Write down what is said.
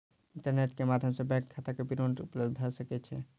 internet के माध्यम सॅ बैंक खाता विवरण उपलब्ध भ सकै छै